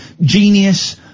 genius